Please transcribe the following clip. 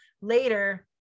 Later